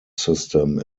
system